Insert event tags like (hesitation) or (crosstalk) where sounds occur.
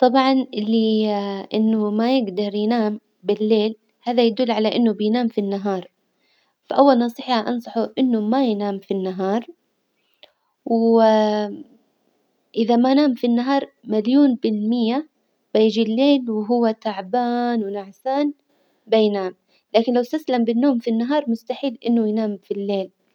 طبعا اللي (hesitation) إنه ما يجدر ينام بالليل هذا يدل على إنه بينام في النهار، فأول نصيحة أنصحه إنه ما ينام في النهار، و (hesitation) إذا ما نام في النهار مليون بالمية بيجي الليل وهو تعبان ونعسان بينام، لكن لو إستسلم بالنوم في النهار مستحيل إنه ينام في الليل.